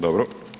Dobro.